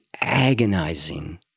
agonizing